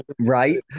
right